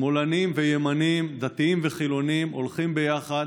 שמאלנים וימנים, דתיים וחילונים הולכים ביחד,